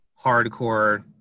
hardcore